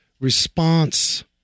response